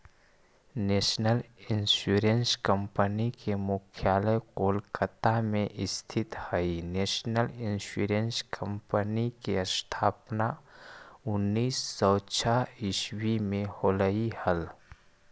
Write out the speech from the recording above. national insurance company के मुख्यालय कोलकाता में स्थित हइ नेशनल इंश्योरेंस कंपनी के स्थापना उन्नीस सौ छः ईसवी में होलई हल